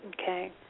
Okay